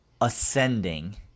ascending